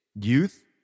youth